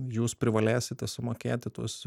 jūs privalėsite sumokėti tuos